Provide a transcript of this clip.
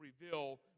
reveal